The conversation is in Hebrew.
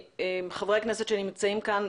חברי הכנסת שנמצאים כאן,